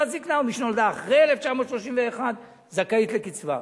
זיקנה ומי שנולדה אחרי 1931 זכאית לקצבה.